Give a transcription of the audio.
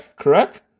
correct